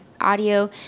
audio